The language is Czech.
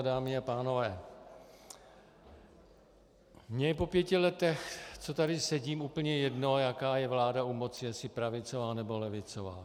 Dámy a pánové, mně je po pěti letech, co tady sedím, úplně jedno, jaká je vláda u moci, jestli pravicová, nebo levicová.